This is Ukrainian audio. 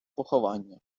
поховання